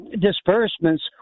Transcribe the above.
disbursements